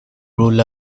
rolled